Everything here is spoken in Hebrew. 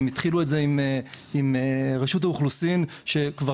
הם התחילו את זה עם רשות האוכלוסין שכבר